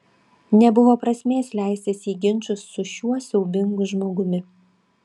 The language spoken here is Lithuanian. nebuvo prasmės leistis į ginčus su šiuo siaubingu žmogumi